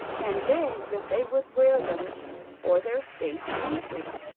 and begged that they would wear them for their state entry.